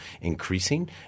increasing